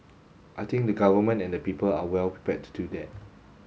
I think the Government and the people are well prepared to do that